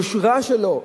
היושרה שלהם.